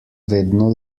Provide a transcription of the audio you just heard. vedno